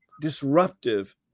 disruptive